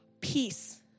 Peace